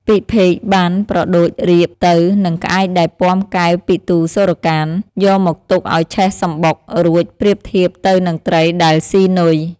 ពិភេកបានប្រដូចរាពណ៍ទៅ នឹងក្អែកដែលពាំកែវពិទូរសូរ្យកាន្ត យកមកទុកឱ្យឆេះសម្បុក រួចប្រៀបធៀបទៅនឹងត្រីដែលស៊ីនុយ។